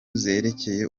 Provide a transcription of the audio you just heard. zerekeye